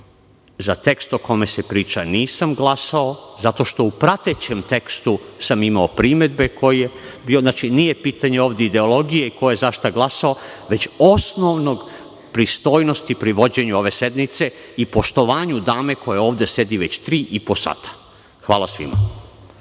za tekst o kome se priča nisam glasao zato što sam u pratećem tekstu imao primedbe ko je bio, znači, nije pitanje ovde ideologije ko je za šta glasao, već osnovne pristojnosti pri vođenju ove sednice i poštovanju dame koja ovde sedi već tri i po sata. Hvala svima.